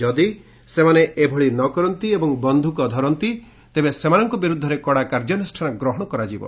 ଯଦି ସେମାନେ ଏଭଳି ନକରନ୍ତି ଏବଂ ବନ୍ଧୁକ ଧରନ୍ତି ତେବେ ସେମାନଙ୍କ ବିରୁଦ୍ଧରେ କଡ଼ା କାର୍ଯ୍ୟାନୁଷ୍ଠାନ ଗ୍ରହଶ କରାଯିବ